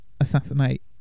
assassinate